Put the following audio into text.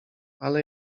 ale